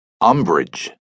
Umbrage